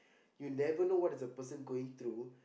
you never know what is the person going through